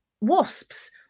wasps